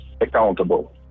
accountable